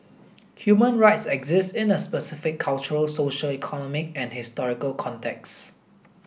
human rights exist in a specific cultural social economic and historical contexts